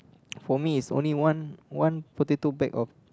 for me is only one one potato bag of